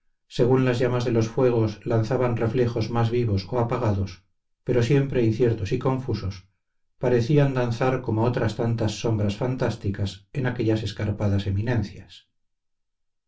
según las llamas de los fuegos lanzaban reflejos más vivos o apagados pero siempre inciertos y confusos parecían danzar como otras tantas sombras fantásticas en aquellas escarpadas eminencias